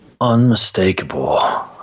Unmistakable